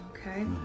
Okay